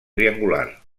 triangular